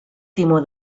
timó